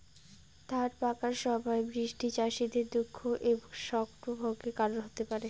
ধান পাকার সময় বৃষ্টি চাষীদের দুঃখ এবং স্বপ্নভঙ্গের কারণ হতে পারে